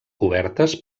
cobertes